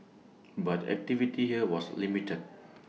but activity here was limited